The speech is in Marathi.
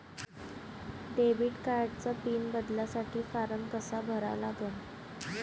डेबिट कार्डचा पिन बदलासाठी फारम कसा भरा लागन?